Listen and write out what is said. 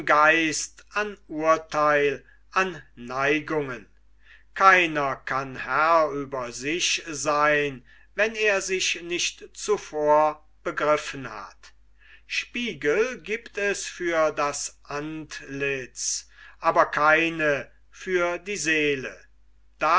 geist an urtheil an neigungen keiner kann herr über sich seyn wenn er sich nicht zuvor begriffen hat spiegel giebt es für das antlitz aber keine für die seele